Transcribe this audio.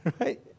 Right